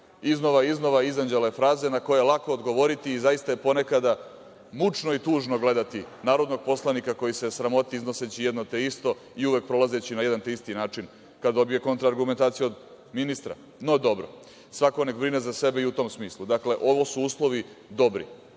iznova i iznova izanđale fraze, na koje je lako odgovoriti i zaista je ponekad mučno i tužno gledati narodnog poslanika koji se sramoti iznoseći jedno te isto i uvek prolazeći na jedan te isti način kada dobije kontra argumentaciju od ministra. No dobro. Svako neka brine o sebi i u tom smislu, dakle ovo su uslovi dobri